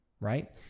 right